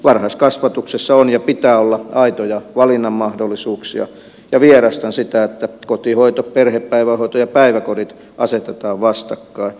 varhaiskasvatuksessa on ja pitää olla aitoja valinnanmahdollisuuksia ja vierastan sitä että kotihoito perhepäivähoito ja päiväkodit asetetaan vastakkain